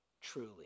truly